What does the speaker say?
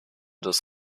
des